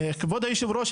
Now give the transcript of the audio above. כבוד היושב-ראש,